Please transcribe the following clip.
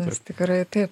nes tikrai taip